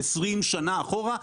20 שנה אחורה,